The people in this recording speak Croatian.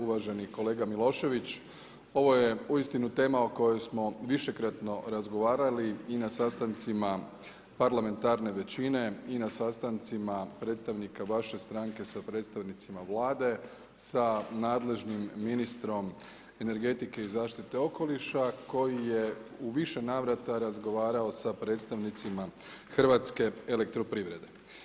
Uvaženi kolega Milošević, ovo je uistinu tema o kojoj smo višekratno razgovarali i na sastancima parlamentarne većine i na sastancima predstavnika vaše stranke sa predstavnicima Vlade, sa nadležnim ministrom energetike i zaštite okoliša, koji je u više navrata razgovarao s predstavnicima Hrvatske elektroprivrede.